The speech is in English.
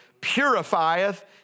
purifieth